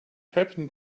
happened